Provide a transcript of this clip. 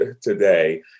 today